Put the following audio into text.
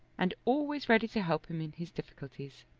and always ready to help him in his difficulties.